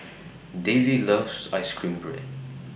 Davy loves Ice Cream Bread